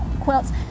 quilts